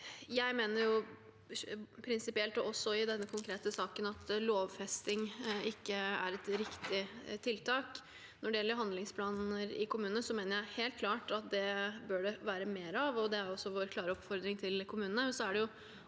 Jeg mener prinsi- pielt, og også i denne konkrete saken, at en lovfesting ikke er et riktig tiltak. Når det gjelder handlingsplaner i kommunene, mener jeg helt klart at det bør være mer av det, og det er også vår klare oppfordring til kommunene,